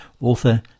author